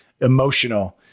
emotional